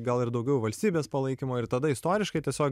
gal ir daugiau valstybės palaikymo ir tada istoriškai tiesiog